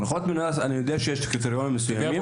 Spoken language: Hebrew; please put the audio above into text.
הנחות במס אני יודע שיש קריטריונים מסוימים.